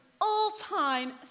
all-time